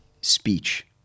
speech